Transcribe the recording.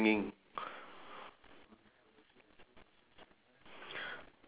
how how many people are uh do you see there